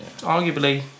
arguably